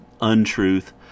untruth